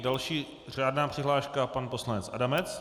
Další řádná přihláška pan poslanec Adamec.